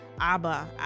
Abba